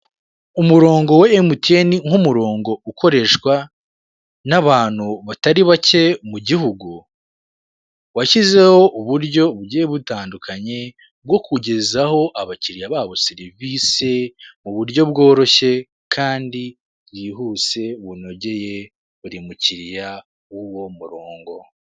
Umurongo wa MTN nk'umurongo ukoreshwa n'abantu batari bake mu gihugu, washyizeho uburyo bugiye butandukanye bwo kugezaho abakiriya babo serivisi mu buryo bworoshye kandi bwihuse bunogeye buri mukiriya w'uwo murongo.